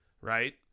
right